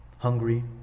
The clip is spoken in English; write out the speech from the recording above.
hungry